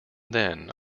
then